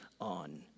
on